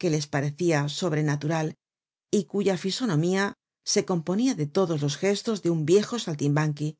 les parecia sobrenatural y cuya fisonomía se componia de todos los gestos de un viejo saltimbanqui